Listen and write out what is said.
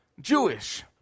Jewish